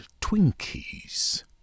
Twinkies